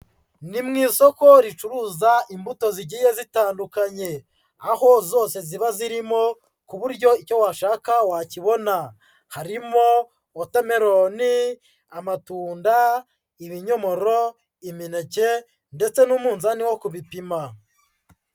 Ni mu isoko ricuruza imbuto zigiye zitandukanye, aho zose ziba zirimo ku buryo icyo washaka wakibona, harimo: wotameloni, amatunda, ibinyomoro, imineke ndetse n'umunzani wo ku bipima.